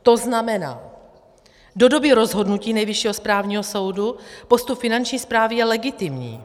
To znamená, do doby rozhodnutí Nejvyššího správního soudu je postup Finanční správy legitimní.